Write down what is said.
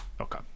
Okay